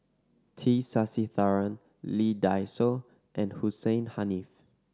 T Sasitharan Lee Dai Soh and Hussein Haniff